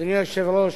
אדוני היושב-ראש,